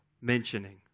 mentioning